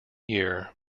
year